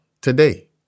today